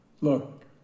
Look